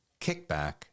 Kickback